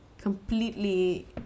completely